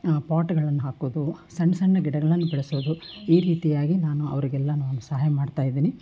ಪಾಟ್ಗಳನ್ನು ಹಾಕೋದು ಸಣ್ಣ ಸಣ್ಣ ಗಿಡಗಳನ್ನು ಬೆಳೆಸೋದು ಈ ರೀತಿಯಾಗಿ ನಾನು ಅವರಿಗೆಲ್ಲ ನಾನು ಸಹಾಯ ಮಾಡ್ತಾ ಇದ್ದೀನಿ